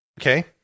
okay